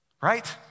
right